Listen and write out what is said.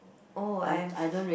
oh I've